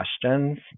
questions